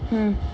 mm